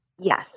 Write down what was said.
Yes